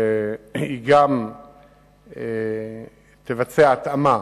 שגם תבצע התאמה